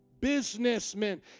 businessmen